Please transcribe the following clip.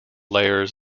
layers